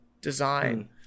design